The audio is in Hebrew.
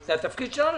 זה התפקיד שלנו.